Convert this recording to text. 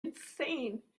insane